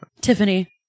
Tiffany